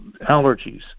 allergies